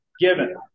given